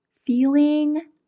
feeling